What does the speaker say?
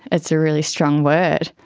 that's a really strong word,